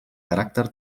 caràcter